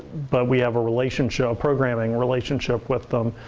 but we have a relationship, a programming relationship with them.